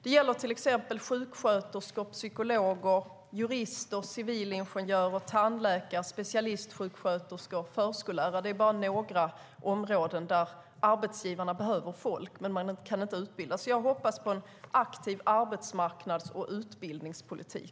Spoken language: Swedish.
Det gäller till exempel sjuksköterskor, psykologer, jurister, civilingenjörer, tandläkare, specialistsjuksköterskor och förskollärare. Det är bara några områden där arbetsgivarna behöver folk. Men man kan inte utbilda. Jag hoppas på en aktiv arbetsmarknads och utbildningspolitik.